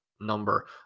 number